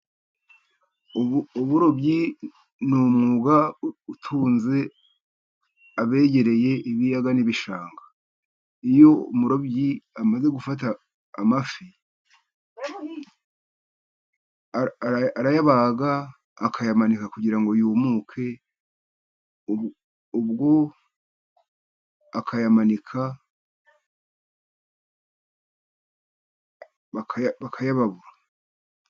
Uburobyi ni umwuga utunze abegereye ibiyaga n'ibishanga, iyo umurobyi amaze gufata amafi arayabaga, akayamanika kugirango yumuke, ubwo akayamanika, bakayababura.